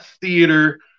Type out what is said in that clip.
theater